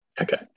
Okay